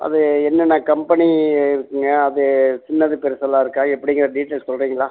அது என்னென்ன கம்பெனி இருக்குதுங்க அது சின்னது பெருசெல்லம் இருக்கா எப்படிங்கிற டீட்டெயில் சொல்லுறிங்களா